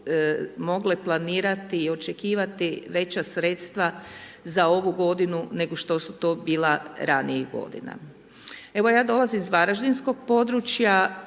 mogle planirati i očekivati veća sredstva za ovu godinu nego što su to bila ranijih godina. Evo ja dolazim iz varaždinskog područja